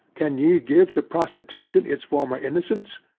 can ye give to prostitution its former innocence?